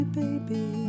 baby